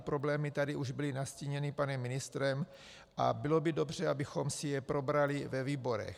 Problémy tady už byly nastíněny panem ministrem a bylo by dobře, abychom si je probrali ve výborech.